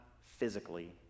physically